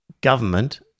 government